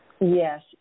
yes